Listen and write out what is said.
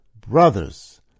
Brothers